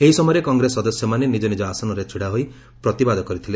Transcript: ଏହି ସମୟରେ କଂଗ୍ରେସ ସଦସ୍ୟମାନେ ନିଜନିଜ ଆସନରେ ଛିଡ଼ା ହୋଇ ପ୍ରତିବାଦ ଜଣାଇଥିଲେ